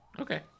okay